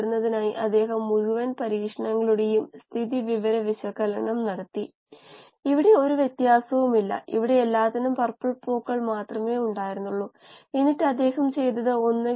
സസ്തന കോശങ്ങൾ ജന്തു കോശങ്ങൾ പോലുള്ള ചില കോശങ്ങൾക്ക് ഒരു സെൽ വാൾ ഇല്ല അതിനാൽ അവിടെ ഷിയർ സ്ട്രെസ്സിനു കൂടുതൽ സാധ്യതയുണ്ട്